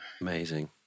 Amazing